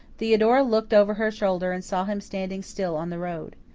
theodora looked over her shoulder and saw him standing still on the road.